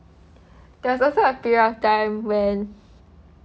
there was also a period of time when